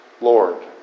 Lord